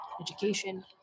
Education